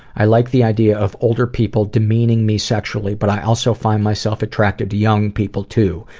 i like the idea of older people demeaning me sexually but i also find myself attracted to young people too.